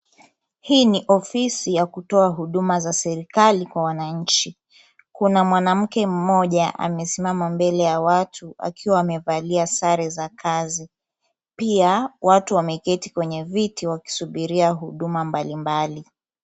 Hii ni ofisi ya kutoa huduma za serikali kwa wananchi. Kuna mwanamke mmoja amesimama mbele ya watu akiwa amevalia sare za kazi. Pia watu wameketi kwenye viti wakisubiria huduma mbalimbali.